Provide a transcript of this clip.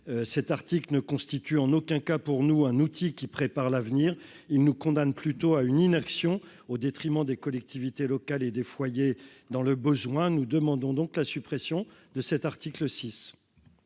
cet article ne constitue en aucun cas pour nous un outil qui prépare l'avenir, ils nous condamnent plutôt à une inaction au détriment des collectivités locales et des foyers dans le besoin, nous demandons donc la suppression de cet article 6.